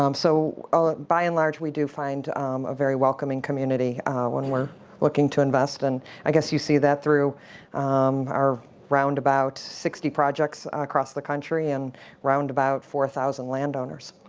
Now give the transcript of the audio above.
um so by and large we do find a very welcoming community when we're looking to invest. and i guess you see that through our round about sixty projects across the country and round about four thousand landowners.